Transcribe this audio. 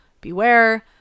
beware